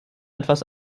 etwas